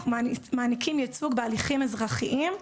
אנחנו מעניקים ייצוג בהליכים אזרחיים.